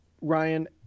ryan